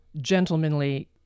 gentlemanly